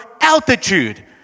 altitude